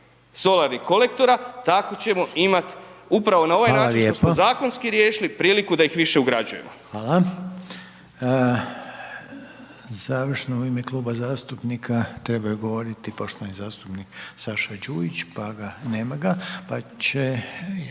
solarnih kolektora, tako ćemo imati upravo na ovaj način što smo zakonski riješili priliku da ih više ugrađujemo. **Reiner, Željko (HDZ)** Hvala. Završno u ime Klub zastupnika trebao je govoriti poštovani zastupnik Saša Đujić, nema ga, gubi